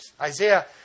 Isaiah